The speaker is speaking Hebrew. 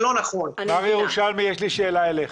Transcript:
מר ירושלמי, יש לי שאלה אליך.